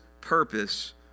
purpose